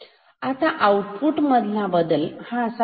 आता आउटपुट मधला बदल कसा घडणार